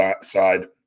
side